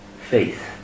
faith